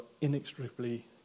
inextricably